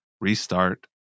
restart